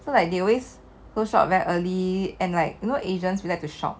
so like they always close shop very early and like you know agents we like to shop